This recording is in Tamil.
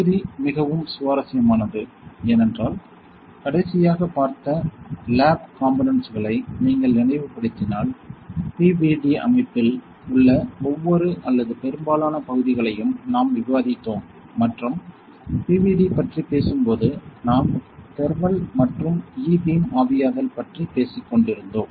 தொகுதி மிகவும் சுவாரஸ்யமானது ஏனென்றால் கடைசியாக பார்த்த லேப் காம்போனென்ட்ஸ்களை நீங்கள் நினைவுபடுத்தினால் PVD அமைப்பில் உள்ள ஒவ்வொரு அல்லது பெரும்பாலான பகுதிகளையும் நாம் விவாதித்தோம் மற்றும் PVD பற்றி பேசும்போது நாம் தெர்மல் மற்றும் E பீம் ஆவியாதல் பற்றி பேசிக்கொண்டிருந்தோம்